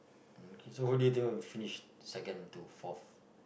okay so who do you think will finish second to fourth